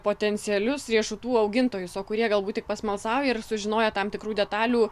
potencialius riešutų augintojus o kurie galbūt pasmalsauja ir sužinoję tam tikrų detalių